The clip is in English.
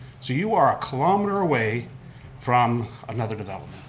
so you are a kilometer away from another development.